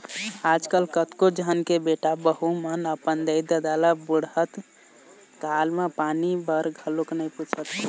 आजकल कतको झन के बेटा बहू मन अपन दाई ददा ल बुड़हत काल म पानी बर घलोक नइ पूछत हे